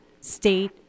state